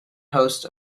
hosts